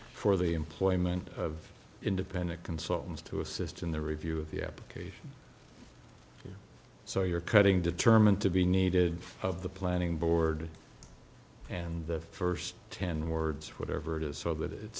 for the employment of independent consultants to assist in the review of the application so you're cutting determined to be needed of the planning board and the first ten words whatever it is so that it